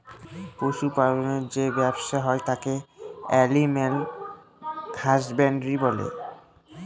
পশু পালনের যে ব্যবসা হয় তাকে এলিম্যাল হাসব্যানডরই বলে